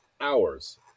hours